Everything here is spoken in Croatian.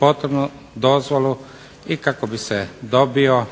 potrebnu dozvolu i kako bi se dobio